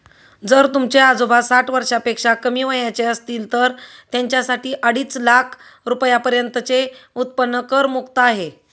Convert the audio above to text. जर तुमचे आजोबा साठ वर्षापेक्षा कमी वयाचे असतील तर त्यांच्यासाठी अडीच लाख रुपयांपर्यंतचे उत्पन्न करमुक्त आहे